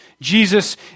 Jesus